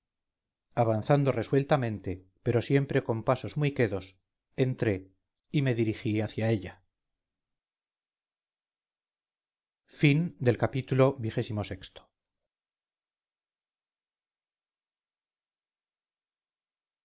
avanzando resueltamente pero siempre con pasos muy quedos entré y me dirigí hacia ella ii